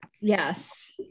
yes